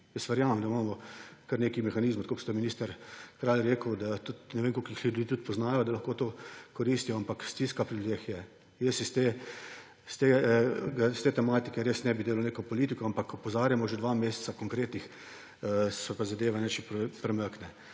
Jaz verjamem, da imamo kar nekaj mehanizmov, tako kot ste, minister Kralj, rekli, ne vem, koliko jih ljudje poznajo, da lahko to koristijo, ampak stiska pri ljudeh je. Jaz iz te tematike res ne bi delal neke politike, ampak opozarjamo že dva meseca, se pa zadeva nič ne premakne.